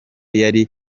yari